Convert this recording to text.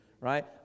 right